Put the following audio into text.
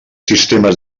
sistemes